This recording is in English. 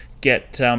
get